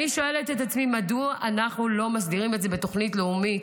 אני שואלת את עצמי מדוע אנחנו לא מסדירים את זה בתוכנית לאומית?